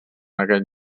aquest